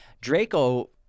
Draco